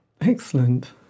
Excellent